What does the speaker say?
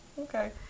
okay